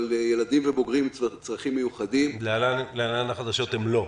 ילדים ובוגרים עם צרכים מיוחדים --- אני יודע שהם לא.